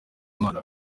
imana